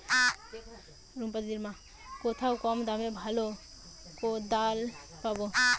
কোথায় কম দামে ভালো কোদাল পাব?